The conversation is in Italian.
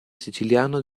siciliano